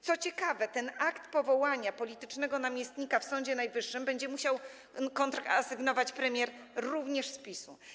Co ciekawe, ten akt powołania politycznego namiestnika w Sądzie Najwyższym będzie musiał kontrasygnować premier, również z PiS.